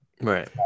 Right